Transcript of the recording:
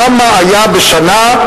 כמה עזרה היתה בשנה,